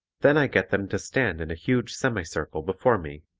then i get them to stand in a huge semi-circle before me,